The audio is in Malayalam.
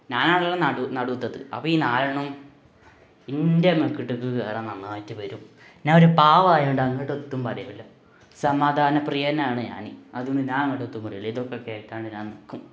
ഞാനാണല്ലോ നടു നടുത്തത് അപ്പോൾ ഈ നാലെണ്ണവും എന്റെ മെക്കിട്ടേക്ക് കയറണം എന്നായിട്ട് വരും ഞാന് ഒരു പാവം ആയതു കൊണ്ട് അങ്ങോട്ട് എത്തും പറയില്ല സമാധാന പ്രിയനാണ് ഞാൻ അതു കൊണ്ട് ഞാന് അങ്ങോട്ട് ഇതും പറയില്ല ഇതൊക്കെ കേട്ടു കൊണ്ട് ഞാൻ നിൽക്കും